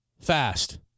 Fast